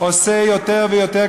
עושה יותר ויותר,